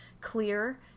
clear